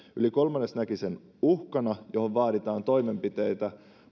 yli kolmannes näki sen uhkana johon vaaditaan toimenpiteitä